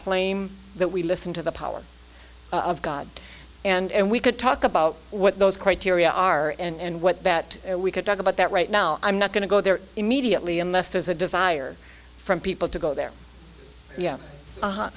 claim that we listen to the power of god and we could talk about what those criteria are and what that we could talk about that right now i'm not going to go there immediately unless there's a desire from people to go there